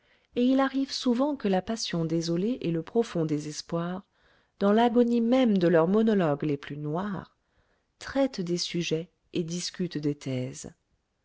et il arrive souvent que la passion désolée et le profond désespoir dans l'agonie même de leurs monologues les plus noirs traitent des sujets et discutent des thèses